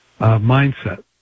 mindset